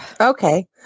Okay